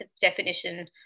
definition